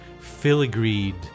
filigreed